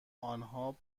آنها